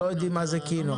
לא יודעים מה זה קינו.